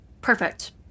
Perfect